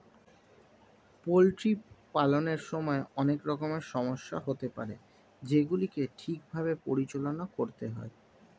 poultry পালনের সময় অনেক রকমের সমস্যা হতে পারে যেগুলিকে ঠিক ভাবে পরিচালনা করতে হয়